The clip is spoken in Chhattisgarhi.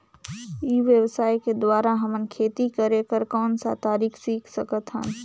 ई व्यवसाय के द्वारा हमन खेती करे कर कौन का तरीका सीख सकत हन?